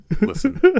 Listen